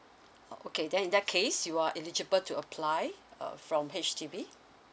oh okay then in that case you are eligible to apply uh from H_D_B